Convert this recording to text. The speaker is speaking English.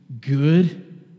good